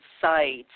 sites